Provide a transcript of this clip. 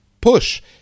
push